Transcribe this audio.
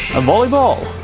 a volleyball!